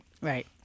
Right